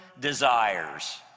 desires